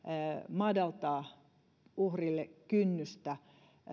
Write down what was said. madaltaa uhrin kynnystä